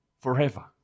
forever